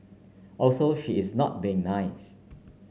also she is not being nice